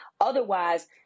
Otherwise